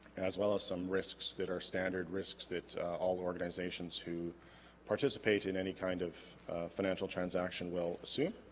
as well as some risks that are standard risks that all organizations who participate in any kind of financial transaction will assume